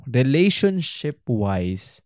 relationship-wise